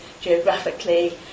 geographically